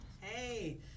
hey